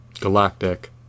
Galactic